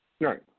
Right